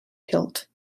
hilt